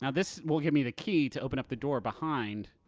um this will give me the key to open up the door behind.